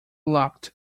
locked